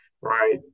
right